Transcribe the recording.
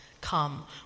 come